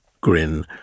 grin